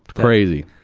crazy.